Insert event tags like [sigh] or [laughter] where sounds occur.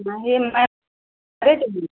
नहीं मैम [unintelligible] भी